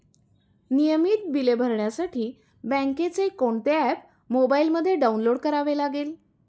नियमित बिले भरण्यासाठी बँकेचे कोणते ऍप मोबाइलमध्ये डाऊनलोड करावे लागेल?